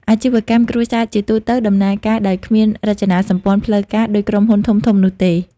អាជីវកម្មគ្រួសារជាទូទៅដំណើរការដោយគ្មាន រចនាសម្ព័ន្ធផ្លូវការ ដូចក្រុមហ៊ុនធំៗនោះទេ។